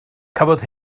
cafodd